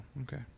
okay